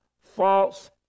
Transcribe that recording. false